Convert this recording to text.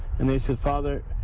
and they said father,